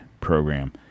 program